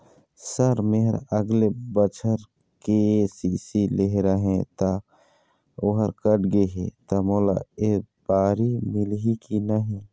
Sir मेहर अगले बछर के.सी.सी लेहे रहें ता ओहर कट गे हे ता मोला एबारी मिलही की नहीं?